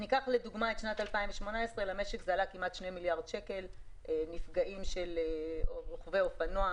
בשנת 2018 למשל הנפגעים בקרב רוכבי האופנוע,